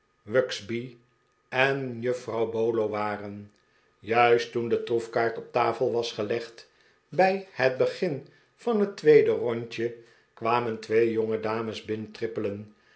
wugsby en juffrouw bolo waren juist toen de troefkaart op tafel was gelegd bij het begin van het tweede rondje kwamen twee